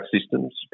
systems